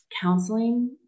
Counseling